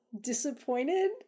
disappointed